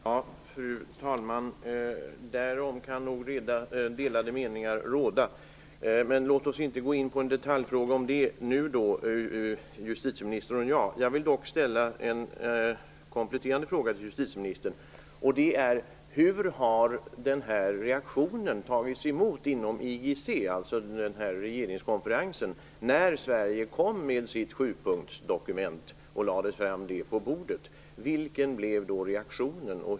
Fru talman! Därom kan nog delade meningar råda, men låt oss inte gå in i en detaljdiskussion mellan justitieministern och mig i den frågan nu. Jag vill dock ställa en kompletterande fråga till justitieministern: Vilken blev reaktionen inom IGC, dvs. regeringskonferensen, när Sverige kom med sitt sjupunktsdokument och lade fram det på bordet?